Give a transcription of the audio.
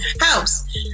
house